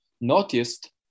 noticed